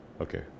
Okay